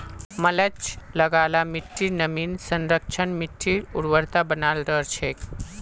mulch लगा ल मिट्टीर नमीर संरक्षण, मिट्टीर उर्वरता बनाल रह छेक